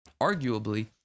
arguably